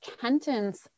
Kenton's